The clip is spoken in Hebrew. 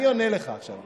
אני עונה לך עכשיו.